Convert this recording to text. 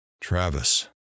Travis